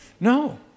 No